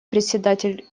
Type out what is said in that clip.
председатель